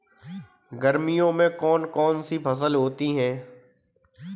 गर्मियों में कौन कौन सी फसल होती है?